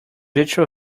virtual